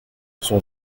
son